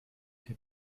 der